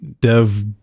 dev